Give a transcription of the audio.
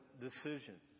decisions